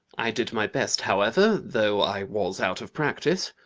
i did my best, however, though i was out of practice.